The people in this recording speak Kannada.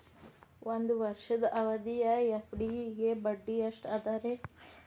ಒಂದ್ ವರ್ಷದ ಅವಧಿಯ ಎಫ್.ಡಿ ಗೆ ಬಡ್ಡಿ ಎಷ್ಟ ಅದ ರೇ?